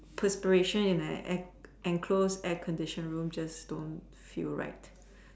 perspiration in an enclosed air conditioned room just don't feel right